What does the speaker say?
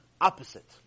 opposite